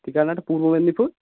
ঠিকানাটা পূর্ব মেদিনীপুর